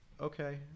okay